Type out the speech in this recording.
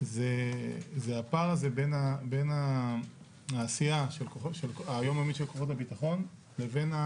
הוא הפער בין העשייה היום-יומית של כוחות הביטחון לבין,